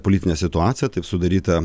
politinę situaciją taip sudaryta